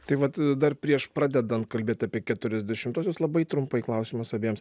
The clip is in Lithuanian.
tai vat dar prieš pradedant kalbėt apie keturiasdešimtuosius labai trumpai klausimas abiems